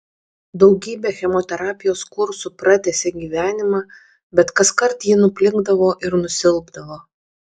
daugybė chemoterapijos kursų pratęsė gyvenimą bet kaskart ji nuplikdavo ir nusilpdavo